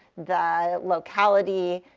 the locality,